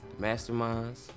Masterminds